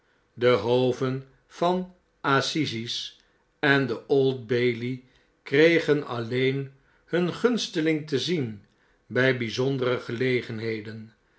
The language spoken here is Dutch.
de hoven van assises en de old bailey kregen alleen hun gunsteling te zien bij bijzondere gelegenheden